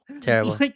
Terrible